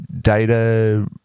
data